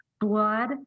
blood